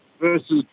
versus